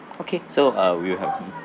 okay so uh we'll have